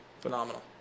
Phenomenal